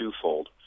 twofold